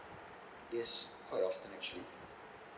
yes quite often actually